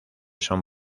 son